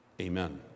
amen